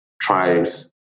tribes